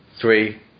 three